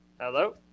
Hello